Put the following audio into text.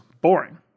boring